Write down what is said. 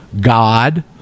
God